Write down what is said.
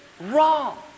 Wrong